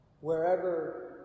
Wherever